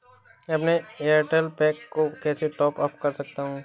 मैं अपने एयरटेल पैक को कैसे टॉप अप कर सकता हूँ?